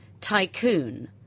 Tycoon